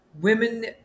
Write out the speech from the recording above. women